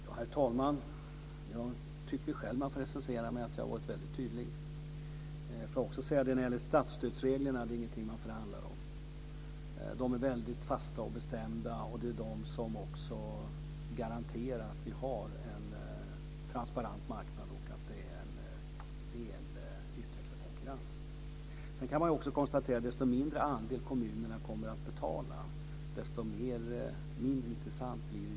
Herr talman! Jag tycker att jag har varit mycket tydlig, om jag får recensera mig själv. Statsstödsreglerna är ingenting man förhandlar om. De är fasta och bestämda. Det är de som garanterar att vi har en transparent marknad med väl utvecklad konkurrens. Ju lägre andel kommunerna betalar, desto mindre intressant blir det vem som äger nätet ur kommunernas synvinkel.